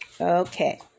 Okay